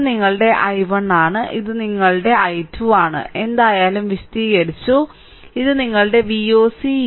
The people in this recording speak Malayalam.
ഇത് നിങ്ങളുടെ i1 ആണ് ഇത് നിങ്ങളുടെ i2 ആണ് എന്തായാലും വിശദീകരിച്ചു ഇത് നിങ്ങളുടെ Voc VThevenin ആണ്